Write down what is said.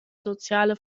soziale